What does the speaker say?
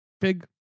Pig